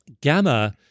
gamma